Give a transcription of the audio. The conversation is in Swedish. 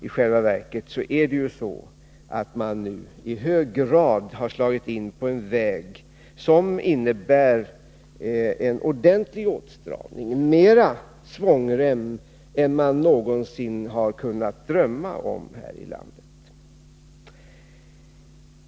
I själva verket har man slagit in på en väg som innebär en ordentlig åtstramning, mer svångremspolitik än man någonsin har kunnat drömma om här i landet.